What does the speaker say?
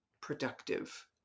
productive